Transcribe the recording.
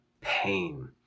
pain